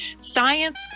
science